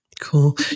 Cool